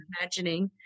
imagining